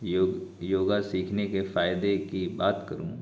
یوگا سیکھنے کے فائدے کی بات کروں